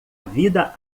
vida